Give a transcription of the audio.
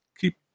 keep